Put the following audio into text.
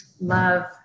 Love